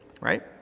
right